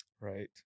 Right